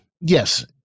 Yes